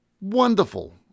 Wonderful